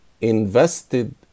invested